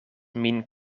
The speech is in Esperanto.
min